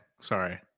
Sorry